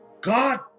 God